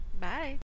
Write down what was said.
Bye